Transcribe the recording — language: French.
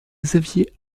xavier